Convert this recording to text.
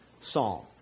psalm